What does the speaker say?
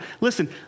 Listen